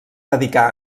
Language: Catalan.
dedicar